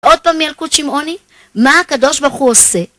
עוד פעם ילקוט שמעוני, מה הקדוש ברוך הוא עושה?